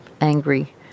angry